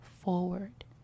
forward